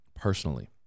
personally